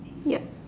yup